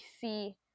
see